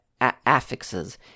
affixes